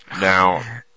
Now